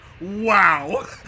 wow